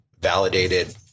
validated